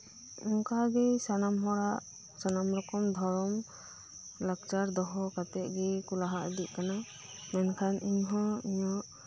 ᱚᱱᱠᱟᱜᱤ ᱥᱟᱱᱟᱢ ᱦᱚᱲᱟᱜ ᱥᱟᱱᱟᱢ ᱨᱚᱠᱚᱢ ᱫᱷᱚᱨᱚᱢ ᱞᱟᱠᱪᱟᱨ ᱫᱚᱦᱚᱠᱟᱛᱮᱜ ᱜᱮᱠᱩ ᱞᱟᱦᱟ ᱤᱫᱤᱜ ᱠᱟᱱᱟ ᱢᱮᱱᱠᱷᱟᱱ ᱤᱧᱦᱚᱸ